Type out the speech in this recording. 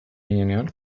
ginenean